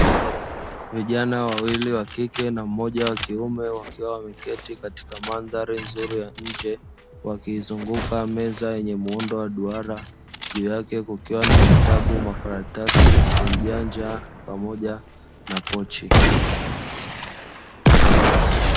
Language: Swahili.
Vijana wawili wakike na mmoja wa kiume wakiwa wameketi katika madhari nzuri ya nje wakiizunguka meza yenye muundo wa rangi ya duara juu yake kukiwa na vitabu, makaratasi, simu janja pamoja na pochi.